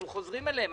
אנחנו חוזרים אליהם.